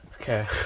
Okay